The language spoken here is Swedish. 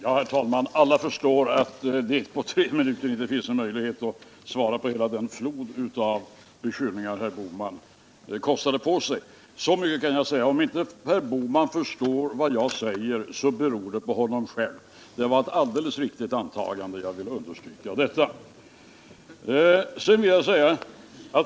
Herr talman! Alla förstår att jag på tre minuter inte har någon möjlighet att bemöta hela den flod av beskyllningar som herr Bohman kostade på sig. Men så mycket kan jag säga att om inte herr Bohman förstår vad jag säger beror det på honom själv. Han gjorde ett alldeles riktigt antagande. Jag vill understryka detta.